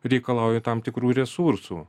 reikalauja tam tikrų resursų